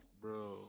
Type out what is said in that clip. bro